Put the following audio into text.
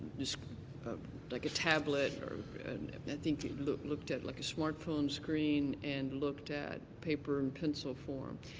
this ah like a tablet or i think you know looked looked at like a smartphone screen and looked at paper and pencil form.